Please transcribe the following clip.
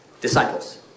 disciples